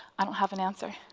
i don't have an answer.